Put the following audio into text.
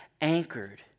anchored